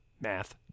Math